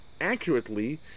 accurately